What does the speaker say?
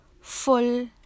full